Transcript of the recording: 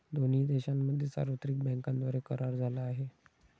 दोन्ही देशांमध्ये सार्वत्रिक बँकांद्वारे करार झाला आहे